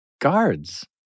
guards